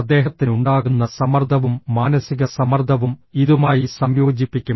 അദ്ദേഹത്തിന് ഉണ്ടാകുന്ന സമ്മർദ്ദവും മാനസിക സമ്മർദ്ദവും ഇതുമായി സംയോജിപ്പിക്കും